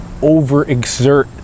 overexert